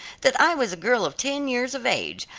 that i was a girl of ten years of age.